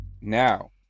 now